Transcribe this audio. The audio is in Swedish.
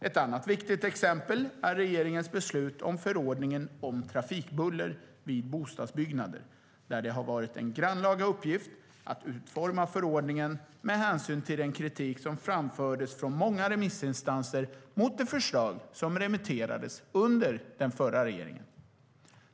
Ett annat viktigt exempel är regeringens beslut om förordningen om trafikbuller vid bostadsbyggnader, där det har varit en grannlaga uppgift att utforma förordningen med hänsyn till den kritik som framfördes från många remissinstanser mot det förslag som remitterades under den förra regeringen.